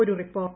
ഒരു റിപ്പോർട്ട്